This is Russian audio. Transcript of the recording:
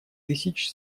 тысяч